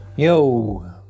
Yo